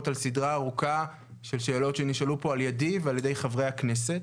על סדרה ארוכה של שאלות שנשאלו פה על ידי ועל ידי חברי הכנסת,